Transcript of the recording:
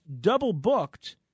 double-booked